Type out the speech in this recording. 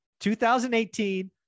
2018